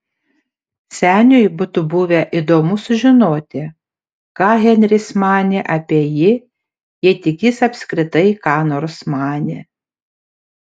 seniui būtų buvę įdomu sužinoti ką henris manė apie jį jei tik jis apskritai ką nors manė